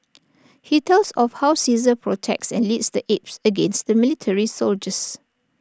he tells of how Caesar protects and leads the apes against the military soldiers